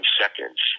seconds